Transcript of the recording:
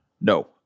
No